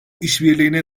işbirliğine